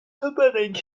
happening